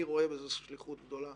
אני רואה בזה שליחות גדולה.